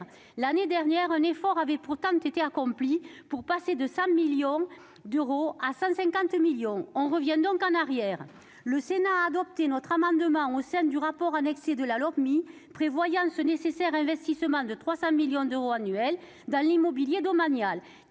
L'année dernière, un effort avait pourtant été accompli pour passer de 100 millions d'euros à 150 millions- on revient donc en arrière. Le Sénat a pourtant adopté notre amendement au sein du rapport annexé au projet de Lopmi, prévoyant ce nécessaire investissement de 300 millions d'euros annuels dans l'immobilier domanial.